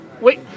Wait